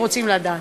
ורוצים לדעת.